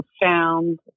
found